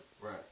Right